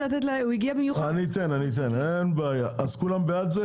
כולם בעד.